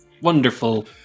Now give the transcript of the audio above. Wonderful